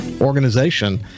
organization